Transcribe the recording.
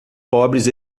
pobres